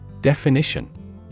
Definition